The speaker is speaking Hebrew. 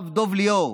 הרב דב ליאור,